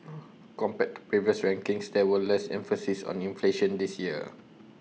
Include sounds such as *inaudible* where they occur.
*noise* compared to previous rankings there was less emphasis on inflation this year